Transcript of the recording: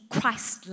Christ